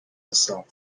herself